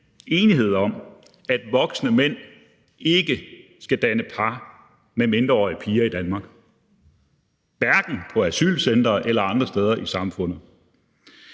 enighed om, at voksne mænd ikke skal danne par med mindreårige piger i Danmark, hverken på asylcentre eller andre steder i samfundet.